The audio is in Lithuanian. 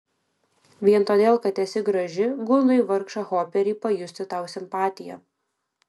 vien todėl kad esi graži gundai vargšą hoperį pajusti tau simpatiją